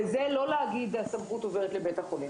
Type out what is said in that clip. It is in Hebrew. וזה לא להגיד: הסמכות עוברת לבית החולים.